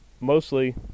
Mostly